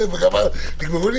תגמרו עם